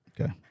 Okay